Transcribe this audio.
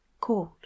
called